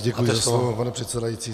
Děkuji za slovo, pane předsedající.